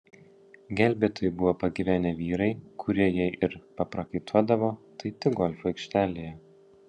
gelbėtojai buvo pagyvenę vyrai kurie jei ir paprakaituodavo tai tik golfo aikštelėje